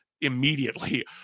immediately